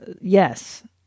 yes